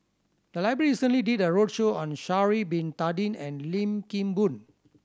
the library recently did a roadshow on Sha'ari Bin Tadin and Lim Kim Boon